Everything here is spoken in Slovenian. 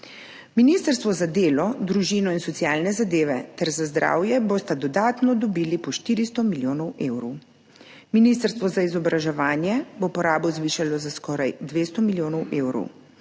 Ministrstvi za delo, družino, socialne zadeve ter za zdravje bosta dodatno dobili po 400 milijonov evrov. Ministrstvo za izobraževanje bo porabo zvišalo za skoraj 200 milijonov evrov,